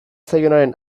zaionaren